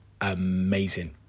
amazing